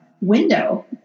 window